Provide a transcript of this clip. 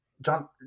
John